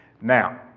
now